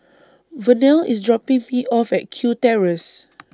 Vernell IS dropping Me off At Kew Terrace